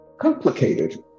complicated